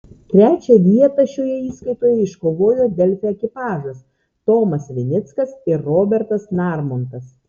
trečią vietą šioje įskaitoje iškovojo delfi ekipažas tomas vinickas ir robertas narmontas